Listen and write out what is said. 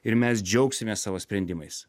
ir mes džiaugsimės savo sprendimais